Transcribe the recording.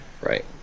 right